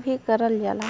भी करल जाला